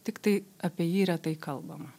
tiktai apie jį retai kalbam